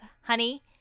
honey